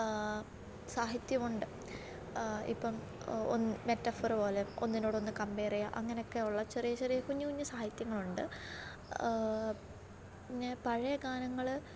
സാഹിത്യമുണ്ട് ഇപ്പം ഒൻ മേറ്റഫറ് പോലെ ഒന്നിനോട് ഒന്ന് കംമ്പേർ ചെയ്യുക അങ്ങനെയൊക്കെ ഉള്ള ചെറിയ ചെറിയ കുഞ്ഞു കുഞ്ഞു സാഹിത്യങ്ങളുണ്ട് പിന്നെ പഴയ ഗാനങ്ങൾ